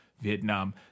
Vietnam